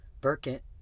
Burkett